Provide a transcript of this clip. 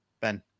Ben